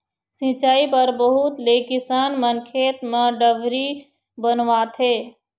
सिंचई बर बहुत ले किसान मन खेत म डबरी बनवाथे